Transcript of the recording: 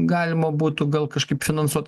galima būtų gal kažkaip finansuot